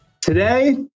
Today